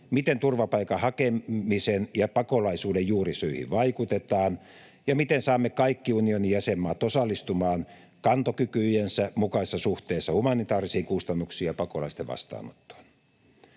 miten turvapaikan hakemisen ja pakolaisuuden juurisyihin vaikutetaan ja miten saamme kaikki unionin jäsenmaat osallistumaan kantokykyjensä mukaisessa suhteessa humanitaarisiin kustannuksiin ja pakolaisten vastaanottoon.